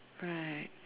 right